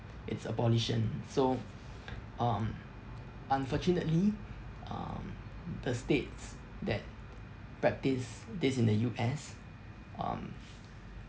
it's abolition so um unfortunately um the states that practice this in the U_S um